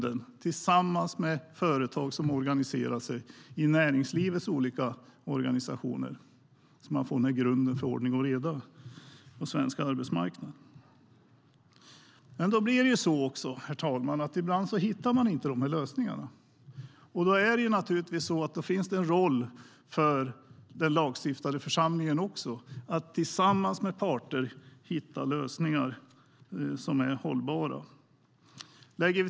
Tillsammans med företag som organiserar sig i näringslivets olika organisationer blir detta en grund för ordning och reda på svensk arbetsmarknad. Herr talman! Ibland hittar man inte dessa lösningar. Då finns det en roll för den lagstiftande församlingen att tillsammans med parterna hitta hållbara lösningar.